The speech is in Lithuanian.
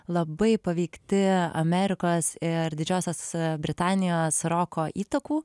labai paveikti amerikos ir didžiosios britanijos roko įtakų